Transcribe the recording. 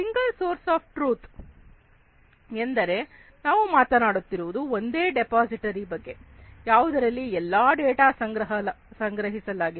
single source of truth ಎಂದರೆ ನಾವು ಮಾತಾಡುತ್ತಿರುವುದು ಒಂದೇ ಡಿಪಾಸಿಟರಿ ಬಗ್ಗೆ ಯಾವುದರಲ್ಲಿ ಎಲ್ಲಾ ಡೇಟಾ ವನ್ನು ಸಂಗ್ರಹಿಸಲಾಗಿದೆ